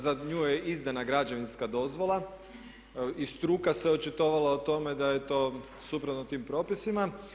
Za nju je izdana građevinska dozvola i struka se očitovala o tome da je to suprotno tim propisima.